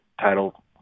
title